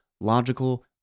logical